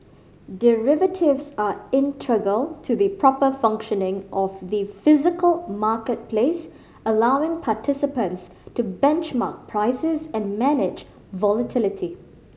derivatives are integral to the proper functioning of the physical marketplace allowing participants to benchmark prices and manage volatility